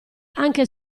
anche